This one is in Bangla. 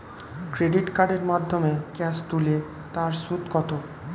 ক্রেডিট কার্ডের মাধ্যমে ক্যাশ তুলে তার সুদ কত?